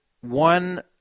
one